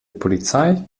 polizei